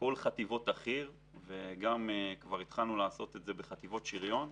כל חטיבות החי"ר וככר התחלנו לעשות את זה בחטיבות שריון.